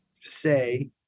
say